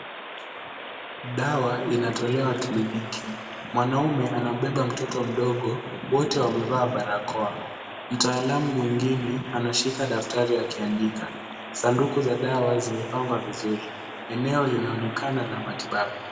Dawa inatolewa kliniki. Mwanaume anambeba mtoto mdogo, wote wamevaa barakoa. Mtaalamu mwingine anashika daftari akiandika. Sanduku za dawa zimepangwa vizuri. Eneo linaonekana la matibabu.